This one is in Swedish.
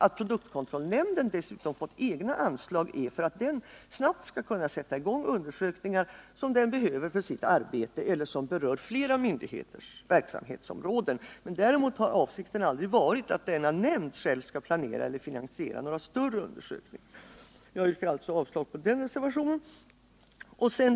Att produktkontrollnämnden dessutom fått egna anslag sammanhänger med att nämnden snabbt skall kunna sätta i gång undersökningar som den behöver för sitt arbete eller som berör flera myndigheters verksamhetsområden. Däremot har avsikten aldrig varit att produktkontrollnämnden själv skall planera eller finansiera några större undersökningar. Jag yrkar alltså avslag på reservationen 16.